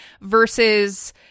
versus